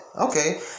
okay